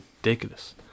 ridiculous